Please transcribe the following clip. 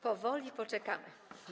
Powoli, poczekamy.